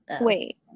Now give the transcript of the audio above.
wait